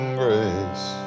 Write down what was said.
grace